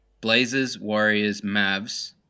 Blazers-Warriors-Mavs